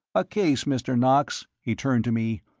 a case, mr. knox, he turned to me,